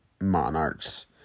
monarchs